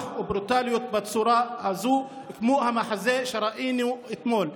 וברוטליות בצורה הזו כמו המחזה שראינו אתמול.